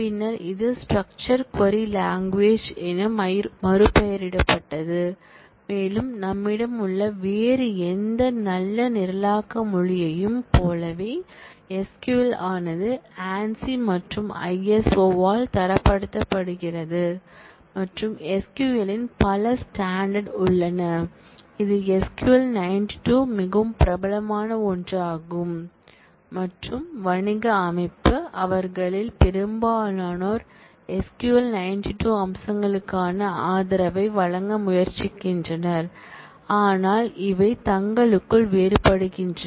பின்னர் இது structure query language மறுபெயரிடப்பட்டது மேலும் நம்மிடம் உள்ள வேறு எந்த நல்ல நிரலாக்க மொழியையும் போலவே SQL ஆனது ANSI மற்றும் ISO ஆல் தரப்படுத்தப்படுகிறது மற்றும் SQL இன் பல ஸ்டேண்டர்ட் உள்ளன இது SQL 92 மிகவும் பிரபலமான ஒன்றாகும் மற்றும் வணிக அமைப்பு அவர்களில் பெரும்பாலோர் SQL 92 அம்சங்களுக்கான ஆதரவை வழங்க முயற்சிக்கின்றனர் ஆனால் அவை தங்களுக்குள் வேறுபடுகின்றன